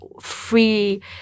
free